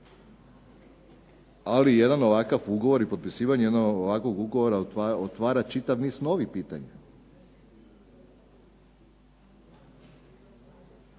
ali jedan ovakav ugovor i potpisivanje jednog ovakvog ugovora otvara čitav niz novih pitanja.